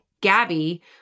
Gabby